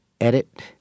edit